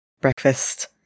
breakfast